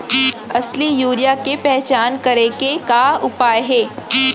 असली यूरिया के पहचान करे के का उपाय हे?